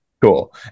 Cool